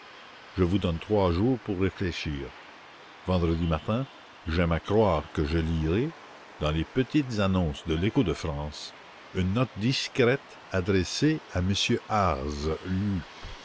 je vous donne trois jours pour réfléchir vendredi matin j'aime à croire que je lirai dans les petites annonces de l écho de france une note discrète adressée à m ars lup